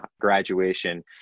graduation